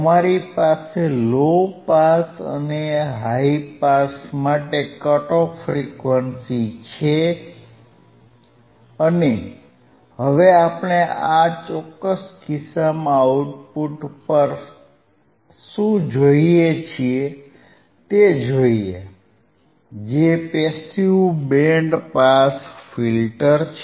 તમારી પાસે low pass અને હાઇ પાસ માટે કટ ઓફ ફ્રીક્વન્સી છે અને હવે આપણે આ ચોક્કસ કિસ્સામાં આઉટપુટ પર શું જોઈએ છીએ તે જોઈએ જે પેસીવ બેન્ડ પાસ ફિલ્ટર છે